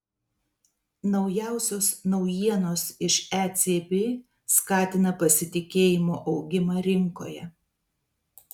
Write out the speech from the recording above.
naujausios naujienos iš ecb skatina pasitikėjimo augimą rinkoje